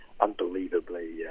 unbelievably